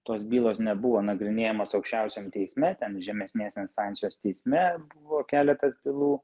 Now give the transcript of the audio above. tos bylos nebuvo nagrinėjamos aukščiausiajam teism ten žemesnės instancijos teisme buvo keletas bylų